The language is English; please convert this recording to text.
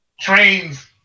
trains